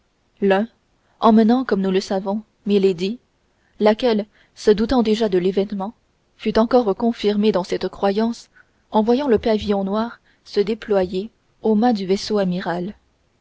l'un emmenant comme nous le savons milady laquelle se doutant déjà de l'événement fut encore confirmée dans cette croyance en voyant le pavillon noir se déployer au mât du vaisseau amiral